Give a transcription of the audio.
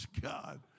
God